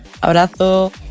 abrazo